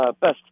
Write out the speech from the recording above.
best